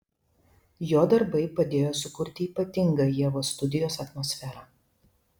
jo darbai padėjo sukurti ypatingą ievos studijos atmosferą